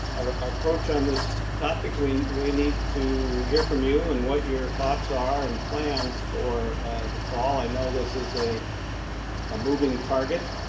our approach on this topic, we we need to hear from you and what your thoughts are and plans for the fall. i know this is a ah moving target.